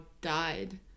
died